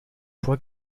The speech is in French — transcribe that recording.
fois